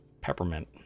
peppermint